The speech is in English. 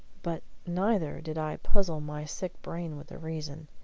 but neither did i puzzle my sick brain with the reason.